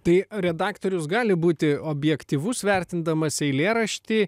tai redaktorius gali būti objektyvus vertindamas eilėraštį